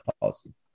policy